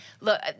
Look